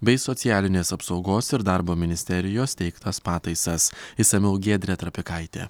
bei socialinės apsaugos ir darbo ministerijos teiktas pataisas išsamiau giedrė trapikaitė